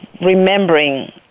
remembering